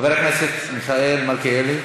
חבר הכנסת מיכאל מלכיאלי.